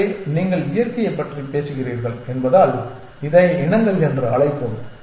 எனவே நீங்கள் இயற்கையைப் பற்றியும் பேசுகிறீர்கள் என்பதால் இதை இனங்கள் என்று அழைப்போம்